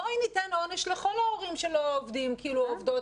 בואי ניתן עונש לכל ההורים שלא עובדים או עובדות